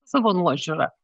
savo nuožiūra